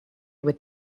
with